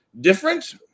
different